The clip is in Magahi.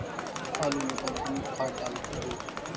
आलू में कौन कौन खाद डालते हैं?